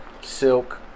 silk